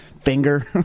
finger